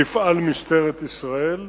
תפעל משטרת ישראל.